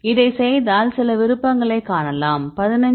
இதைச் செய்தால் சில விருப்பங்களை காணலாம் 15